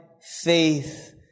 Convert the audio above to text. faith